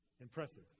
Impressive